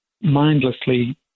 mindlessly